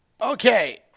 Okay